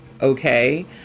okay